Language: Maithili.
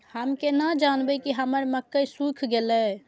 हम केना जानबे की हमर मक्के सुख गले?